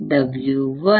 Iref W2W1